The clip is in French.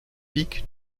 pic